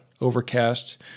Overcast